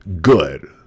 good